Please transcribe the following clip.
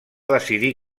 decidir